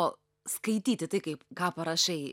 o skaityti tai kaip ką parašai